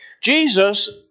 Jesus